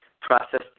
process